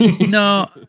no